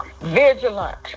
vigilant